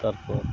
তারপর